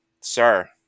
sir